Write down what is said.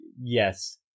Yes